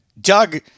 Doug